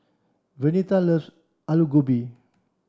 Vernita loves Aloo Gobi